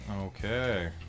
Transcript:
Okay